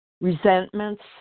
resentments